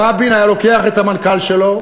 רבין היה לוקח את המנכ"ל שלו,